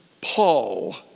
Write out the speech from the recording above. Paul